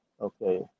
Okay